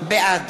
בעד